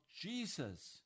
Jesus